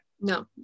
No